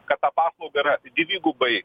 kad ta paslauga yra dvigubai